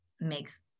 makes